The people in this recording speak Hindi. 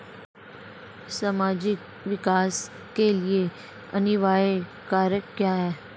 सामाजिक विकास के लिए अनिवार्य कारक क्या है?